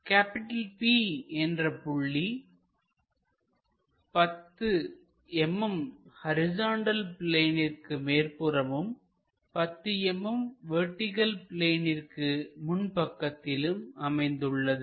P என்ற புள்ளி 10 mm horizontal பிளேனிற்கு மேற்புறமும் 10 mm வெர்டிகள் பிளேனிற்கு முன் பக்கத்திலும் அமைந்துள்ளது